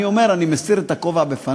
אני מסיר את הכובע בפניו.